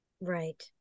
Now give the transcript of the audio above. Right